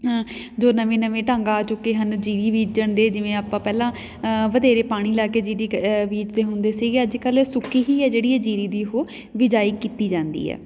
ਜੋ ਨਵੇਂ ਨਵੇਂ ਢੰਗ ਆ ਚੁੱਕੇ ਹਨ ਜੀਰੀ ਬੀਜਣ ਦੇ ਜਿਵੇਂ ਆਪਾਂ ਪਹਿਲਾਂ ਵਧੇਰੇ ਪਾਣੀ ਲਾ ਕੇ ਜੀਰੀ ਬੀਜਦੇ ਹੁੰਦੇ ਸੀਗੇ ਅੱਜ ਕੱਲ੍ਹ ਸੁੱਕੀ ਹੀ ਹੈ ਜਿਹੜੀ ਇਹ ਜੀਰੀ ਦੀ ਉਹ ਬਿਜਾਈ ਕੀਤੀ ਜਾਂਦੀ ਹੈ